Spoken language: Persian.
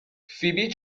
فیبی